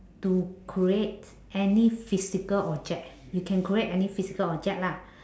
to create any physical object you can create any physical object lah